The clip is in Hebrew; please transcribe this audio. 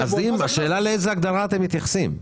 השאלה לאיזה הגדרה אתם מתייחסים?